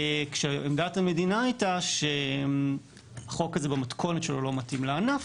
עמדת המדינה הייתה שהחוק הזה במתכונתו לא מתאים לענף